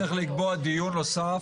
אני חושב שצריך לקבוע דיון נוסף.